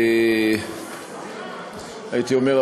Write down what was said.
הייתי אומר,